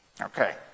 Okay